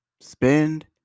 spend